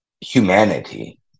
humanity